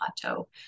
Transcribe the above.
plateau